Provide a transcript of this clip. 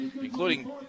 including